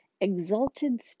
Exalted